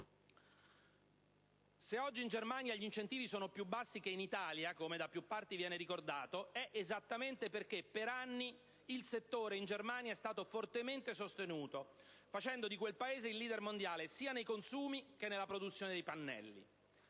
Se oggi in Germania gli incentivi sono più bassi che in Italia, come da più parti viene ricordato, è perché per anni il settore in Germania è stato fortemente sostenuto, facendo di quel Paese il leader mondiale, sia nei consumi che nella produzione dei pannelli.